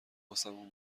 واسمون